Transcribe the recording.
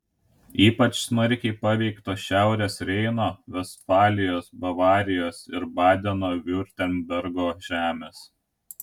ypač smarkiai paveiktos šiaurės reino vestfalijos bavarijos ir badeno viurtembergo žemės